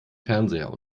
fernseher